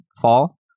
fall